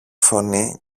φωνή